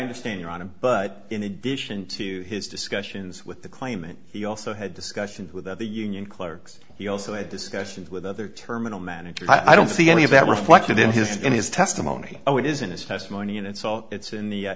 understand your on him but in addition to his discussions with the claimant he also had discussions with the union clerks he also had discussions with other terminal manager i don't see any of that reflected in his in his testimony oh it isn't his testimony and it's all it's in the